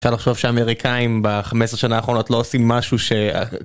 אפשר לחשוב שהאמריקאים בחמש עשרה שנה האחרונות לא עושים משהו ש...